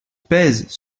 pèse